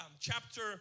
chapter